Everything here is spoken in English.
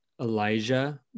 Elijah